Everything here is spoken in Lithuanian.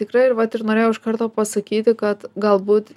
tikrai ir vat ir norėjau iš karto pasakyti kad galbūt